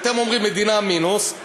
אתם אומרים: מדינה מינוס,